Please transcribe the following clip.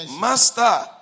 master